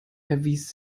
erwies